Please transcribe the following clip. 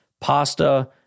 pasta